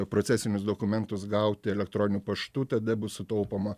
procesinius dokumentus gauti elektroniniu paštu tada bus sutaupoma